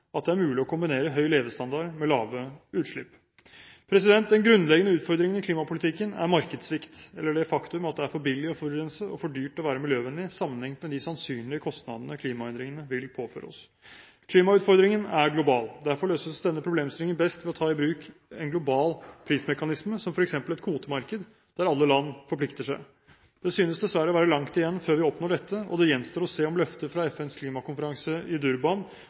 at det er mulig å kombinere høy levestandard med lave utslipp. Den grunnleggende utfordringen i klimapolitikken er markedssvikt, eller det faktum at det er for billig å forurense og for dyrt å være miljøvennlig sammenliknet med de sannsynlige kostnadene klimaendringene vil påføre oss. Klimautfordringen er global. Derfor løses denne problemstillingen best ved å ta i bruk en global prismekanisme, som f.eks. et kvotemarked der alle land forplikter seg. Det synes dessverre å være langt igjen før vi oppnår dette, og det gjenstår å se om løftet fra FNs klimakonferanse i Durban